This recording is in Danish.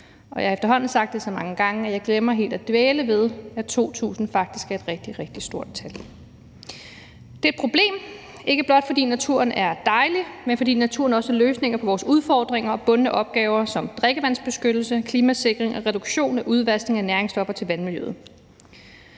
Jeg har efterhånden sagt det så mange gange, at jeg helt glemmer at dvæle ved, at 2.000 faktisk er et rigtig, rigtig højt tal. Det er et problem, ikke blot fordi naturen er dejlig, men fordi naturen også er løsningen på vores udfordringer og bundne opgaver som drikkevandsbeskyttelse, klimasikring og reduktion af udvaskning af næringsstoffer til vandmiljøet.